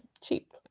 Cheap